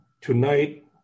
tonight